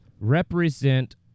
represent